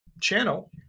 channel